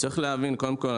קודם כל,